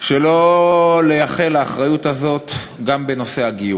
שלא לייחל לאחריות הזאת גם בנושא הגיור.